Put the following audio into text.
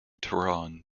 tehran